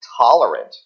tolerant